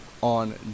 on